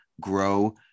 grow